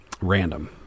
random